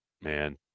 Man